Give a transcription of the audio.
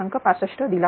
65 दिला होता